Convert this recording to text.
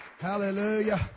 Hallelujah